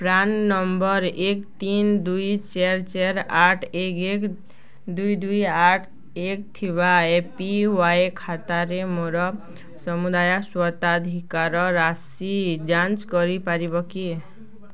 PRAN number ଏକ ତିନି ଦୁଇ ଚାରି ଚାରି ଆଠ ଏକ ଏକ ଦୁଇ ଦୁଇ ଆଠ ଏକ ଥିବା ଏ ପି ୱାଇ ଖାତାରେ ମୋର ସମୁଦାୟ ସ୍ୱତ୍ୱାଧିକାର ରାଶି ଯାଞ୍ଚ କରିପାରିବ କି